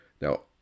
Now